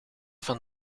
van